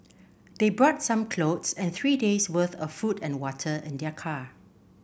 they brought some clothes and three days worth of food and water in their car